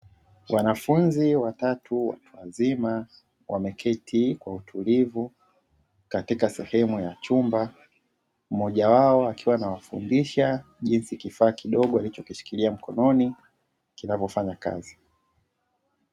Wanafunzi watatu watu wazima wameketi kwa utulivu katika sehemu ya chumba, mmoja wao akiwa anawafundisha jinsi kifaa kidogo alichokishikilia mkononi kinavyofanya kazi.